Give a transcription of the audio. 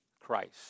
Christ